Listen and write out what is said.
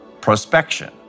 prospection